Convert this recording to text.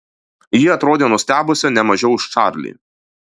ji atrodė nustebusi ne mažiau už čarlį